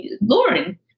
Lauren